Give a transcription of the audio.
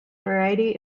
variety